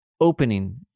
opening